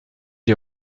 les